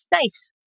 nice